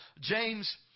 James